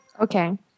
Okay